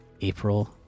April